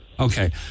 Okay